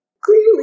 Clearly